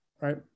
right